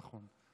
נכון.